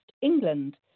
England